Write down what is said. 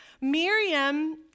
Miriam